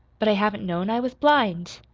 but i haven't known i was blind!